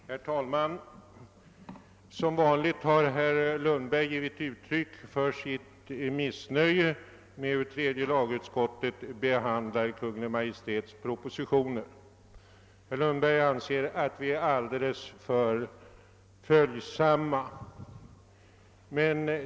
Herr talman! Som vanligt har herr Lundberg givit uttryck för sitt missnöje med det sätt på vilket tredje lagutskottet behandlar Kungl. Maj:ts propositioner. Herr Lundberg anser att vi är alldeles för följsamma.